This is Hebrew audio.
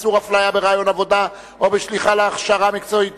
איסור הפליה בראיון עבודה או בשליחה להכשרה מקצועית),